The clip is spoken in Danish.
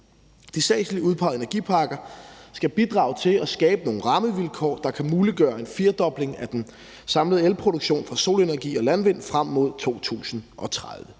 De statsligt udpegede energiparker skal bidrage til at skabe nogle rammevilkår, der kan muliggøre en firdobling af den samlede elproduktion fra solenergi og landvind frem mod 2030.